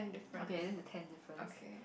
okay this is ten difference